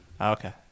okay